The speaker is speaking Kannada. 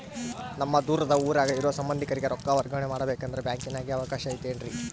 ನಮ್ಮ ದೂರದ ಊರಾಗ ಇರೋ ಸಂಬಂಧಿಕರಿಗೆ ರೊಕ್ಕ ವರ್ಗಾವಣೆ ಮಾಡಬೇಕೆಂದರೆ ಬ್ಯಾಂಕಿನಾಗೆ ಅವಕಾಶ ಐತೇನ್ರಿ?